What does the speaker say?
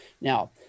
Now